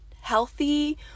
healthy